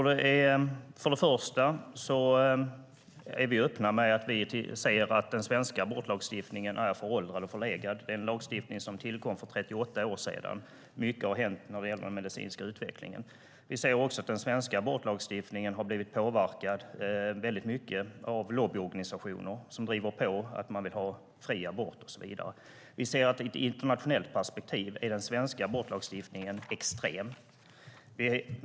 Herr talman! Vi är öppna med att vi anser att den svenska abortlagstiftningen är föråldrad och förlegad. Det är en lagstiftning som tillkom för 38 år sedan. Mycket har hänt sedan dess när det gäller den medicinska utvecklingen. Vi anser också att den svenska abortlagstiftningen har blivit påverkad väldigt mycket av lobbyorganisationer som driver på för fri abort och så vidare. Vi anser att den svenska abortlagstiftningen är extrem i ett internationellt perspektiv.